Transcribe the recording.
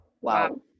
Wow